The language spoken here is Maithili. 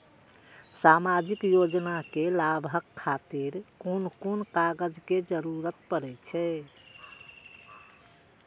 सामाजिक योजना के लाभक खातिर कोन कोन कागज के जरुरत परै छै?